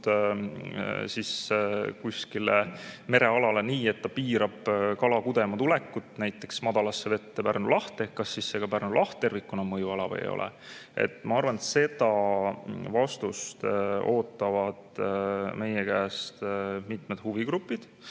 kuskile merealale nii, et ta piirab kala kudema tulekut näiteks madalasse vette Pärnu lahes, kas siis ka Pärnu laht tervikuna on mõjuala või ei ole? Ma arvan, et seda vastust ootavad meie käest mitmed huvigrupid,